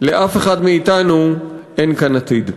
לאף אחד מאתנו אין כאן עתיד.